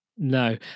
No